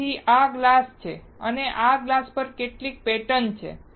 તેથી આ ગ્લાસ છે અને આ ગ્લાસ પરની કેટલીક પેટર્ન છે